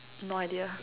no idea